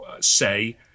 say